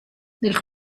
nel